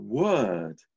word